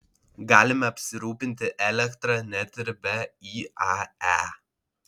galime apsirūpinti elektra net ir be iae